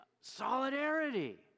solidarity